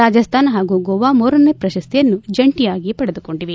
ರಾಜಸ್ತಾನ ಹಾಗೂ ಗೋವಾ ಮೂರನೇ ಪ್ರಶಸ್ತಿಯನ್ನು ಜಂಟಿಯಾಗಿ ಪಡೆದುಕೊಂಡಿದೆ